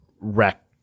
wreck